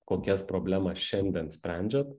kokias problemas šiandien sprendžiat